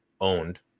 owned